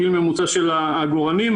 הגיל הממוצע של העגורנים,